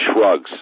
shrugs